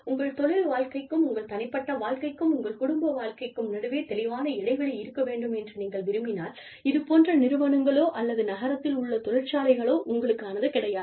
உங்கள் தொழில் வாழ்க்கைக்கும் உங்கள் தனிப்பட்ட வாழ்க்கைக்கும் உங்கள் குடும்ப வாழ்க்கைக்கும் நடுவே தெளிவான இடைவெளி இருக்க வேண்டும் என்று நீங்கள் விரும்பினால் இதுபோன்ற நிறுவனங்களோ அல்லது நகரத்தில் உள்ள தொழிற்சாலைகளோ உங்களுக்கானது கிடையாது